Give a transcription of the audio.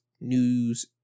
News